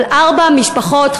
אבל ארבע משפחות,